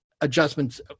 adjustments